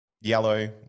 yellow